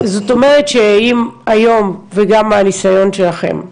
זאת אומרת, שאם היום וגם מהניסיון שלכם,